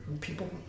people